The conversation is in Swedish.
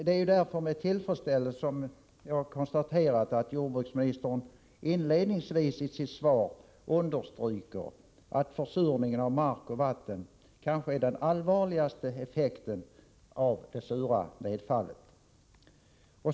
Det är därför med tillfredsställelse som jag konstaterar att jordbruksministern inledningsvis i sitt svar understryker att försurningen av mark och vatten kanske är den allvarligaste effekten av det sura nedfallet.